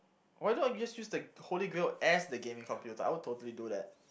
why not just use the holy grail as the gaming computer I would totally do that